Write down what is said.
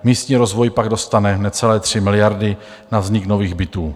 Místní rozvoj pak dostane necelé 3 miliardy na vznik nových bytů.